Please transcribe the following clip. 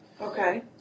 okay